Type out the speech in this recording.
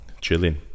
Chilling